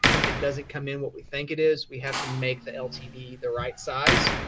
if it doesn't come in what we think it is, we have to make the ltv the right size.